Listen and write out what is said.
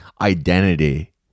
identity